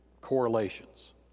correlations